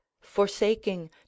forsaking